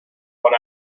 one